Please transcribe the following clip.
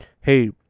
hey